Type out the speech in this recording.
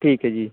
ਠੀਕ ਹੈ ਜੀ